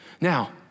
Now